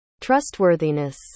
trustworthiness